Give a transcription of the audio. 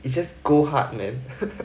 he's just go hard man